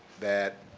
that